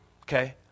Okay